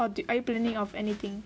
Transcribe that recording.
are you planning on anything